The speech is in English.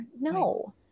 No